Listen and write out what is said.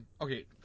Okay